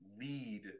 read